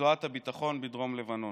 ברצועת הביטחון בדרום לבנון.